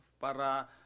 para